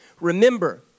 Remember